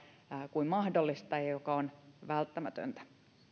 kuin on mahdollista ja ja välttämätöntä